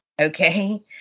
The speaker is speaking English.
Okay